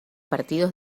partidos